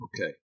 okay